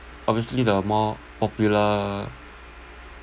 obviously the more popular